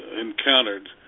encountered